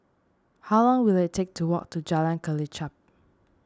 how long will it take to walk to Jalan Kelichap